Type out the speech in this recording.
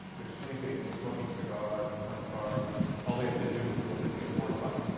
they're sleeping and smoking cigars and playing cards. and all they have to do is look at the abort button.